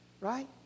right